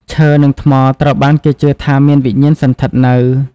ឈើ និង ថ្ម ត្រូវបានគេជឿថាមានវិញ្ញាណសណ្ឋិតនៅ។